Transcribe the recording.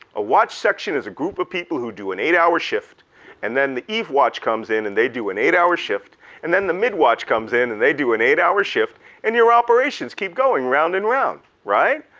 a watch section is a group of people who do an eight hour shift and then the eve watch comes in and they do an eight hour shift and then the mid watch comes in and they do an eight hour shift and your operations keep going round and round, right?